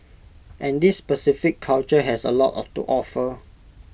and this specific culture has A lot to offer